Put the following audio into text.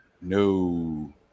No